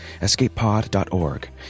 escapepod.org